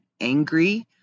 angry